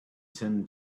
tim